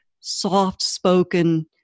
soft-spoken